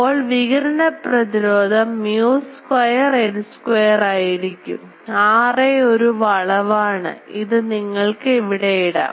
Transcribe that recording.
അപ്പോൾ വികിരണ പ്രതിരോധം mu square N square ആയിരിക്കും Ra ഒരു വളവാണ് ഇത് നിങ്ങൾക്ക് ഇവിടെ ഇടാം